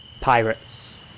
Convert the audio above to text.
Pirates